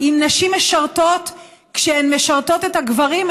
אם נשים משרתות כשהן משרתות את הגברים,